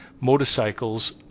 motorcycles